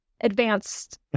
advanced